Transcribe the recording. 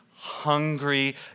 hungry